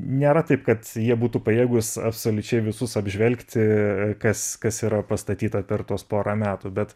nėra taip kad jie būtų pajėgūs absoliučiai visus apžvelgti kas kas yra pastatyta per tuos porą metų bet